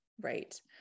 right